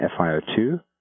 FiO2